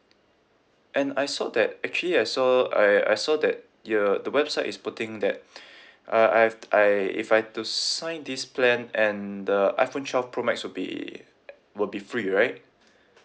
and I saw that actually I saw I I saw that your the website is putting that uh I've t~ I if I to sign this plan and the iphone twelve pro max would be will be free right